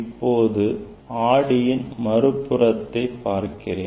இப்போது ஆடியின் மறுபுறத்தை பார்க்கிறேன்